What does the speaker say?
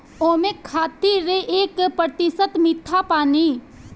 ओमें खातिर एक प्रतिशत मीठा पानी